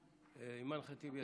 אימאן ח'טיב יאסין.